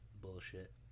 bullshit